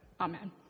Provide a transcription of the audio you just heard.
Amen